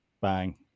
bang